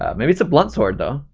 um maybe it's a blunt sword though.